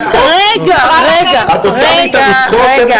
רגע, רגע,